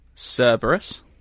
Cerberus